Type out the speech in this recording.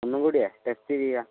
ഒന്നുംകൂടി ടെസ്റ്റ് ചെയ്യാം